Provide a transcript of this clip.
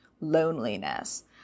Loneliness